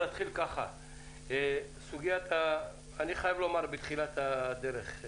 אני חייב לומר בתחילת הדרך.